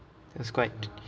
that's quite